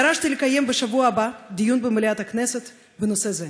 דרשתי לקיים בשבוע הבא דיון במליאת הכנסת בנושא זה.